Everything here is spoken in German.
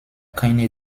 keine